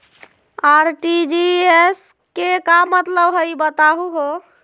RTGS के का मतलब हई, बताहु हो?